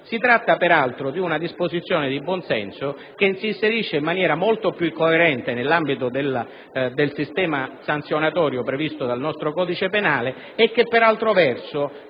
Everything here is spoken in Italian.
Si tratta peraltro di una disposizione di buonsenso che si inserisce in maniera molto più coerente nell'ambito del sistema sanzionatorio previsto dal nostro codice penale e che, per altro verso,